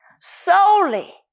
solely